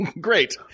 Great